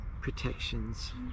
protections